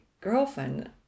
girlfriend